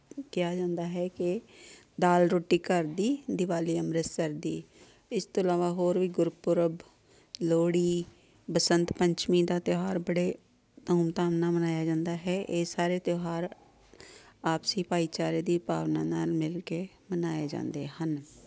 ਕਿਹਾ ਜਾਂਦਾ ਹੈ ਕਿ ਦਾਲ ਰੋਟੀ ਘਰ ਦੀ ਦਿਵਾਲੀ ਅੰਮ੍ਰਿਤਸਰ ਦੀ ਇਸ ਤੋਂ ਇਲਾਵਾ ਹੋਰ ਵੀ ਗੁਰਪੁਰਬ ਲੋਹੜੀ ਬਸੰਤ ਪੰਚਮੀ ਦਾ ਤਿਉਹਾਰ ਬੜੇ ਧੂਮ ਧਾਮ ਨਾਲ ਮਨਾਇਆ ਜਾਂਦਾ ਹੈ ਇਹ ਸਾਰੇ ਤਿਉਹਾਰ ਆਪਸੀ ਭਾਈਚਾਰੇ ਦੀ ਭਾਵਨਾ ਨਾਲ ਮਿਲ ਕੇ ਮਨਾਏ ਜਾਂਦੇ ਹਨ